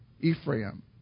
Ephraim